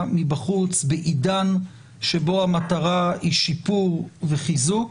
מבחוץ בעידן שבו המטרה היא שיפור וחיזוק